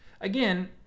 Again